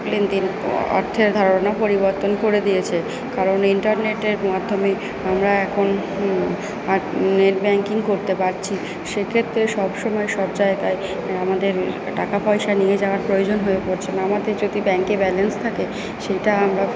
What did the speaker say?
লেনদেন অর্থের ধারণা পরিবর্তন করে দিয়েছে কারণ ইন্টারনেটের মাধ্যমে আমরা নেট ব্যাংকিং করতে পারছি সেক্ষেত্রে সবসময় সব জায়গায় আমাদের টাকা পয়সা নিয়ে যাওয়ার প্রয়োজন হয়ে পড়ছে না আমাদের যদি ব্যাংকে ব্যালেন্স থাকে সেইটা আমরা